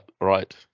right